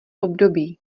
období